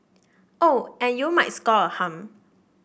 oh and you might score a hum